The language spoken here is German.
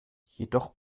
jedoch